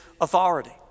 authority